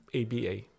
ABA